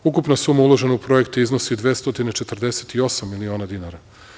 Ukupna suma uložena u projekte iznosi 248 milina dinara.